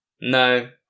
No